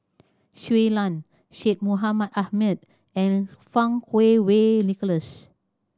Shui Lan Syed Mohamed Ahmed and Fang Wei Nicholas